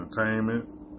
entertainment